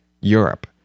Europe